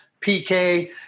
PK